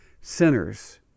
Sinners